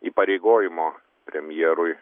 įpareigojimo premjerui